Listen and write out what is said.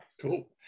Cool